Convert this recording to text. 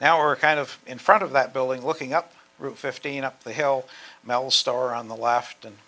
now are kind of in front of that building looking up through fifteen up the hill mel star on the left and